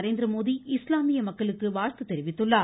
நரேந்திரமோடி இஸ்லாமிய மக்களுக்கு வாழ்த்து தெரிவித்துள்ளார்